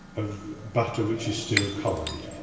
of butter which is still cold,